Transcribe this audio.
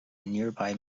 nearby